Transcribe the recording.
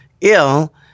ill